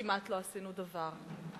וכמעט לא עשינו דבר.